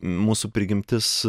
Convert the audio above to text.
mūsų prigimtis